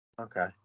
Okay